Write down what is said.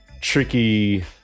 tricky